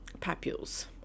papules